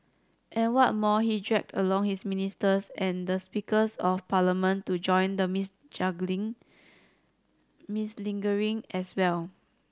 and what more he dragged along his ministers and the Speaker of Parliament to join the mudslinging as well